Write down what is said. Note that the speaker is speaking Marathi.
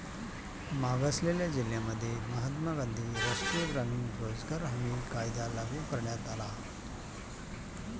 मागासलेल्या जिल्ह्यांमध्ये महात्मा गांधी राष्ट्रीय ग्रामीण रोजगार हमी कायदा लागू करण्यात आला